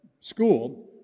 school